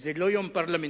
שזה לא יום פרלמנטרי,